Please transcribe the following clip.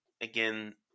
again –